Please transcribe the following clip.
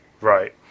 Right